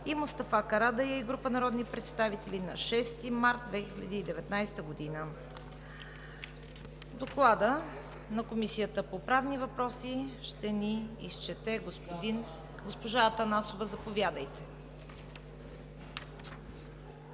Мустафа Карадайъ и група народни представители на 6 март 2019 г. Доклада на Комисията по правни въпроси ще ни изчете госпожа Атанасова. Заповядайте.